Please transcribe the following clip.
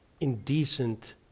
indecent